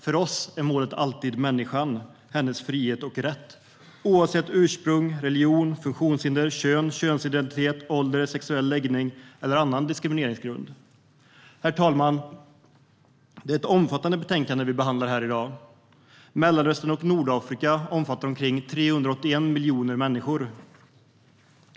För oss är målet alltid människan, hennes frihet och rätt - oavsett ursprung, religion, funktionshinder, kön, könsidentitet, ålder, sexuell läggning eller annan diskrimineringsgrund. Herr talman! Det är ett omfattande betänkande vi behandlar här i dag. Mellanöstern och Nordafrika omfattar omkring 381 miljoner människor.